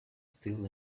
still